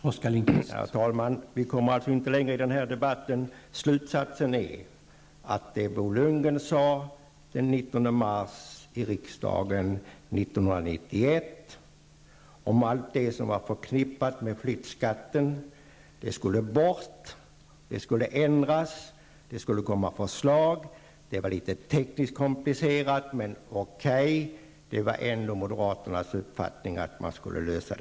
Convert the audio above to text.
Herr talman! Vi kommer inte längre i denna debatt. Slutsatsen är att det som Bo Lundgren sade den 19 mars 1991 i riksdagen var att allt det som var förknippat med flyttskatten skulle bort. Systemet skulle ändras, och det skulle läggas fram förslag. Det var litet tekniskt komplicerat, men moderaternas uppfattning var ändå att denna fråga skulle lösas.